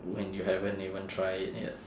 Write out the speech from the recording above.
when you haven't even try it yet